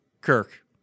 kirk